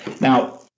now